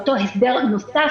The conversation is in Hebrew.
לא להנגיש.